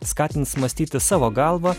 skatins mąstyti savo galva